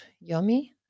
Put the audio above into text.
Yummy